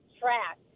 track